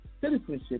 citizenship